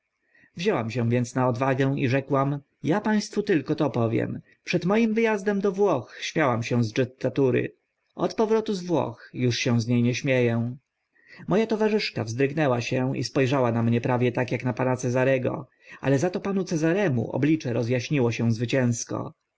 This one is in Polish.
wzięłam się więc na odwagę i rzekłam ja państwu tylko to powiem przed moim wy azdem do włoch śmiałam się z dżetattury od powrotu z włoch uż się z nie nie śmie ę mo a towarzyszka wzdrygnęła się i spo rzała na mnie prawie tak ak na pana cezarego ale za to panu cezaremu oblicze roz aśniło się zwycięsko